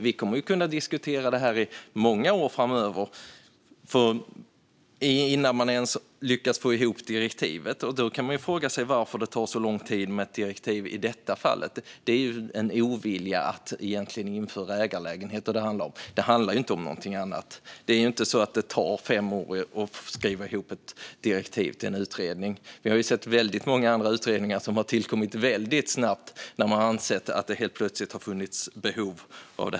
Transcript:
Vi kommer att kunna diskutera detta i många år framöver innan man ens hinner få ihop direktivet. Varför tar direktivet så lång tid i detta fall? Jo, det handlar om en ovilja att införa ägarlägenheter, inget annat. Det tar inte fem år att skriva ihop ett direktiv till en utredning. Vi har ju sett många andra utredningar tillsättas väldigt snabbt när man ansett att det har funnits behov.